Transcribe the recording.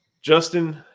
Justin